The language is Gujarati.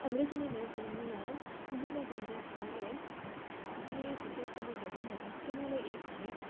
અંગ્રેજોની લડત દરમિયાન મહાત્મા ગાંધીજીએ જે સત્યાગ્રહો કર્યા હતા તેમાંનો એક છે